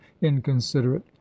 inconsiderate